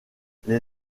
les